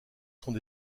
sont